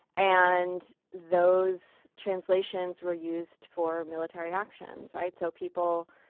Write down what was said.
and those translations were used for military actions, right? so people,